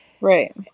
Right